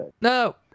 No